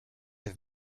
have